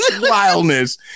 Wildness